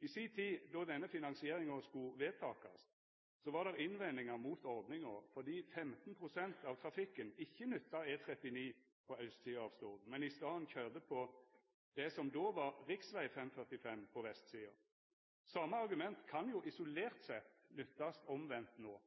I si tid, då denne finansieringa skulle vedtakast, var det innvendingar mot ordninga fordi 15 pst. av trafikken ikkje nytta E39 på austsida av Stord, men i staden køyrde på det som då var rv. 545 på vestsida. Same argument kan jo isolert sett nyttast omvendt